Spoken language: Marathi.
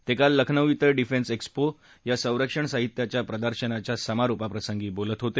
ते काल लखनौ ईथं डेफएक्स्पो या संरक्षणसाहित्याच्या प्रदर्शनाच्या समारोप प्रसंगी बोलत होते